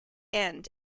end